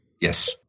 Yes